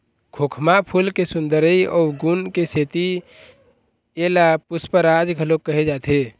खोखमा फूल के सुंदरई अउ गुन के सेती एला पुस्पराज घलोक कहे जाथे